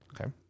Okay